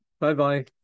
Bye-bye